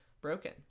broken